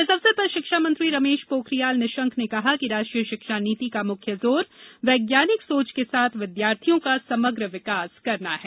इस अवसर पर शिक्षा मंत्री रमेश पोखरियाल निशंक ने कहा कि राष्ट्रीय शिक्षा नीति का मुख्य जोर वैज्ञानिक सोच के साथ विद्यार्थियों का समग्र विकास करना है